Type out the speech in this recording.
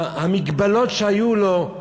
המגבלות שהיו לו,